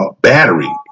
battery